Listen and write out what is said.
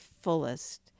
fullest